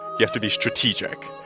you have to be strategic.